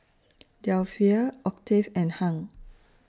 Delphia Octave and Hung